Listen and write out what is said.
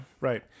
Right